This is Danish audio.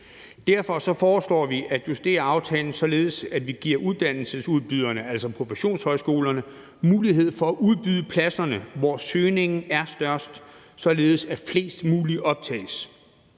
Derfor foreslår vi at justere aftalen, således at vi giver uddannelsesudbyderne, altså professionshøjskolerne, mulighed for at udbyde pladserne der, hvor søgningen er størst, således at flest mulige optages.